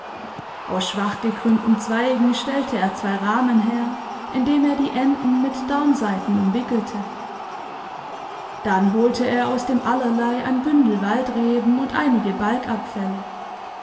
aus schwach gekrümmten zweigen stellte er zwei rahmen her indem er die enden mit darmsaiten umwickelte dann holte er aus dem allerlei ein bündel waldreben und einige